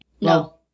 No